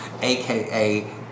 AKA